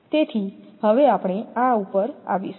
તેથી હવે આપણે આ પર આવીશું